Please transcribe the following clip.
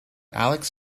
alex